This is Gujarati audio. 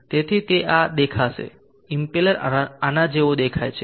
તેથી તે આ દેખાશે ઇમ્પેલર આના જેવો દેખાય છે